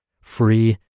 free